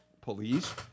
police